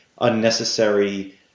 unnecessary